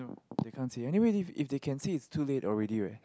anyway if if you can sit is too late already right